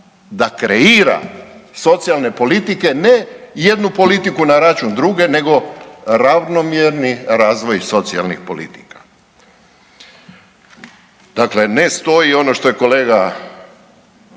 da kreira socijalne politike. Ne jednu politiku na račun druge, nego ravnomjerni razvoj socijalnih politika. Dakle, ne stoji ono što je kolega